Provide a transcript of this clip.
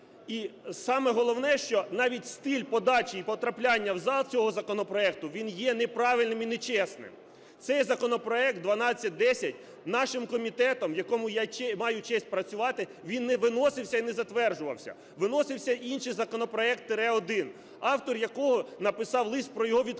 І саме головне, що навіть стиль подачі і потрапляння в зал цього законопроекту, він є неправильним і нечесним. Цей законопроект 1210 нашим комітетом, в якому я маю честь працювати, він не виносився і не затверджувався. Виносився інший законопроект тире 1, автор якого написав лист про його відкликання.